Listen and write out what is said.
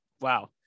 Wow